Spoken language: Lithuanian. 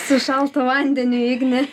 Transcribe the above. su šaltu vandeniu ignė